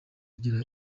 agira